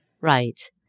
Right